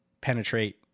penetrate